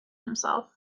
himself